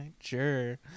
Sure